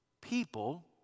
people